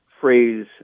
phrase